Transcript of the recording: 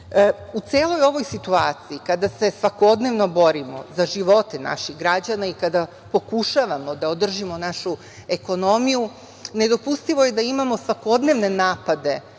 celoj ovoj situaciji, kada se svakodnevno borimo za živote naših građana i kada pokušavamo da održimo našu ekonomiju, nedopustivo je da imamo svakodnevne napade